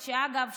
ואגב,